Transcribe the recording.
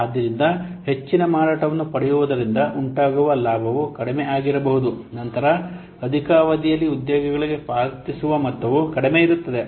ಆದ್ದರಿಂದ ಹೆಚ್ಚಿನ ಮಾರಾಟವನ್ನು ಪಡೆಯುವುದರಿಂದ ಉಂಟಾಗುವ ಲಾಭವು ಕಡಿಮೆ ಆಗಿರಬಹುದು ನಂತರ ಅಧಿಕಾವಧಿಯಲ್ಲಿ ಉದ್ಯೋಗಿಗಳಿಗೆ ಪಾವತಿಸುವ ಮೊತ್ತವು ಕಡಿಮೆ ಇರುತ್ತದೆ